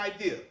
idea